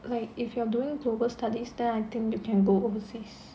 like if you are doing global studies then I think you can go overseas